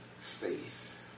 faith